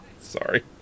Sorry